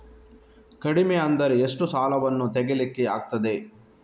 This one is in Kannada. ಕಡಿಮೆ ಅಂದರೆ ಎಷ್ಟು ಸಾಲವನ್ನು ತೆಗಿಲಿಕ್ಕೆ ಆಗ್ತದೆ?